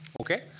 okay